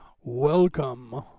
welcome